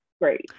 great